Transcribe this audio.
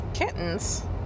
kittens